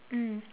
mm